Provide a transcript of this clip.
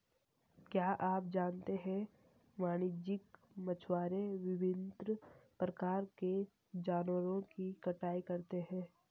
क्या आप जानते है वाणिज्यिक मछुआरे विभिन्न प्रकार के जानवरों की कटाई करते हैं?